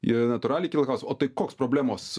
ir natūraliai kyla klausimas o tai koks problemos